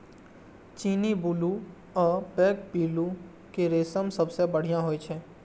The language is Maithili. चीनी, बुलू आ पैघ पिल्लू के रेशम सबसं बढ़िया होइ छै